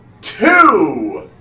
two